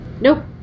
Nope